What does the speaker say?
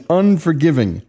unforgiving